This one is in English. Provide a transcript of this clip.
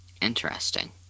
Interesting